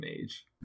mage